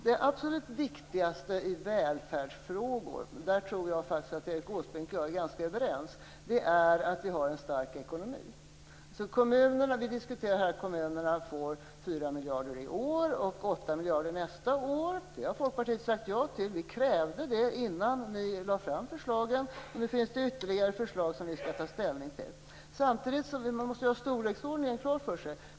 Det absolut viktigaste när det gäller välfärdsfrågor, där tror jag att Erik Åsbrink och jag faktiskt är överens, är att vi har en stark ekonomi. Vi diskuterar här att kommunerna får 4 miljarder i år och 8 miljarder nästa år. Det har Folkpartiet sagt ja till. Vi krävde det innan ni lade fram förslagen. Nu finns det ytterligare förslag som vi skall ta ställning till. Samtidigt måste man ha storleksordningen klar för sig.